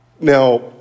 Now